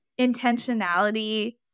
intentionality